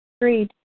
Agreed